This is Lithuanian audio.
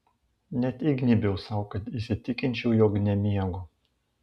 net įgnybiau sau kad įsitikinčiau jog nemiegu